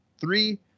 Three